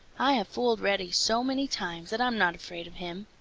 i have fooled reddy so many times that i'm not afraid of him.